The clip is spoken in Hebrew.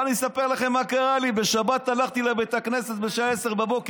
בואו אני אספר לכם מה קרה לי: בשבת הלכתי לבית הכנסת בשעה 10:00,